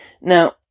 Now